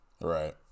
Right